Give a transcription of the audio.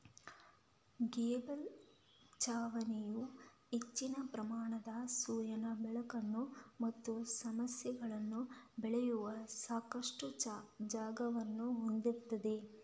gable ಛಾವಣಿಯು ಹೆಚ್ಚಿನ ಪ್ರಮಾಣದ ಸೂರ್ಯನ ಬೆಳಕನ್ನ ಮತ್ತೆ ಸಸ್ಯಗಳನ್ನ ಬೆಳೆಯಲು ಸಾಕಷ್ಟು ಜಾಗವನ್ನ ಹೊಂದಿರ್ತದೆ